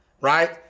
right